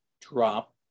drop